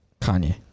Kanye